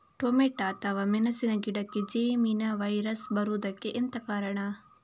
Tomato ಅಥವಾ ಮೆಣಸಿನ ಗಿಡಕ್ಕೆ ಜೆಮಿನಿ ವೈರಸ್ ಬರುವುದಕ್ಕೆ ಎಂತ ಕಾರಣ?